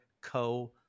co